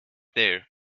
there